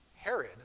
Herod